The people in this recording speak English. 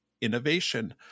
innovation